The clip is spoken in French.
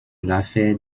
l’affaire